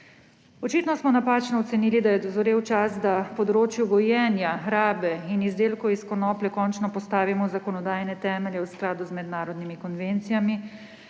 Očitno smo napačno ocenili, da je dozorel čas, da področju gojenja, rabe in izdelkov iz konoplje končno postavimo zakonodajne temelje v skladu z mednarodnimi konvencijami